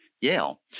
Yale